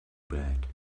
bad